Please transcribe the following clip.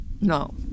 No